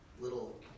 little